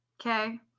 Okay